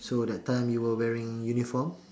so that time you were wearing uniform